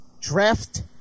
draft